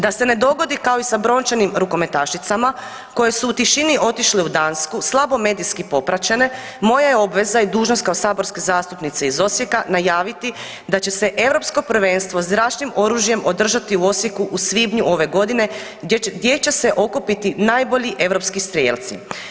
Da se ne dogodi kao i sa brončanim rukometašicama, koje su u tišini otišle u Dansku, slabo medijski popraćene, moja je obveza i dužnost kao saborska zastupnica iz Osijeka najaviti da će se Europsko prvenstvo zračnim oružjem održati u Osijeku u svibnju ove godine gdje će se okupiti najbolji europski strijelci.